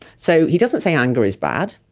so he doesn't say anger is bad,